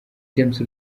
james